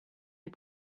les